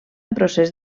procés